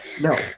No